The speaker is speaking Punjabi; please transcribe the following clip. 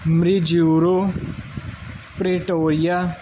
ਮ੍ਰੀਜਿਊਰੋ ਪ੍ਰਿਟੋਰੀਆ